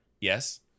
yes